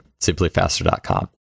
simplyfaster.com